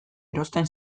erosten